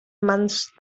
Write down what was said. mans